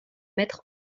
mettre